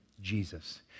Jesus